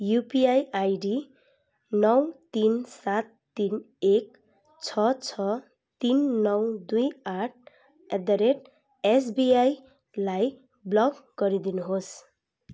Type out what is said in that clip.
UPI ID नौ तिन सात तिन एक छ छ तिन नौ दुई आठ एट द रेट एसबिआईलाई ब्लक गरिदिनुहोस्